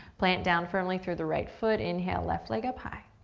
plant down firmly through the right foot. inhale, left leg up high.